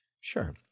Sure